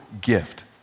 gift